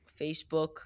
Facebook